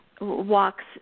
walks